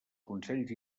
consells